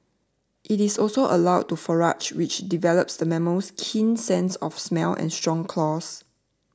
it is also allowed to forage which develops the mammal's keen sense of smell and strong claws